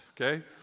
okay